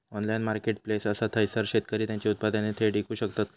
Online marketplace असा थयसर शेतकरी त्यांची उत्पादने थेट इकू शकतत काय?